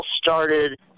started